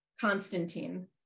Constantine